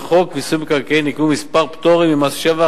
בחוק מיסוי מקרקעין נקבעו כמה פטורים ממס שבח,